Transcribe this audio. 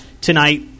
tonight